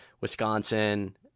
Wisconsin